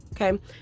Okay